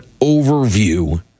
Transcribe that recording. overview